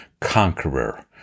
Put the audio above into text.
conqueror